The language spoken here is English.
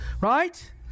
Right